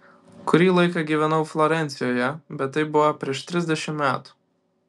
kurį laiką gyvenau florencijoje bet tai buvo prieš trisdešimt metų